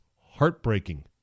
heartbreaking